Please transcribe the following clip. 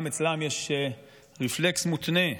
גם אצלן יש רפלקס מותנה,